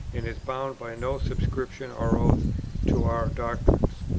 and is bound by no subscription or oath to our doctrines.